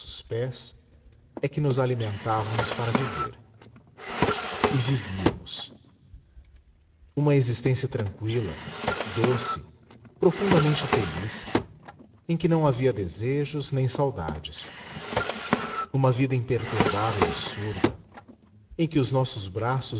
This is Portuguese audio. pés é que nos alimentávamos para viver e vivíamos uma existência tranqüila doce profundamente feliz em que não havia desejos nem saudades uma vida imperturbável e surda em que os nossos braços